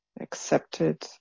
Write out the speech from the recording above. accepted